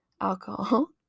alcohol